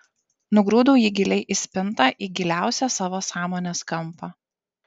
nugrūdau jį giliai į spintą į giliausią savo sąmonės kampą